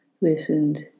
listened